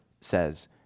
says